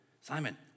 Simon